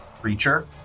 creature